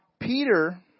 Peter